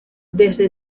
desde